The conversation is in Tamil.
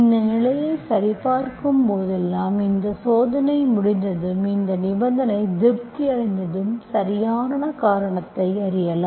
இந்த நிலையை சரிபார்க்கும்போதெல்லாம் இந்த சோதனை முடிந்ததும் இந்த நிபந்தனை திருப்தி அடைந்ததும் சரியான காரணத்தை அறியலாம்